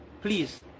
please